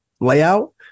layout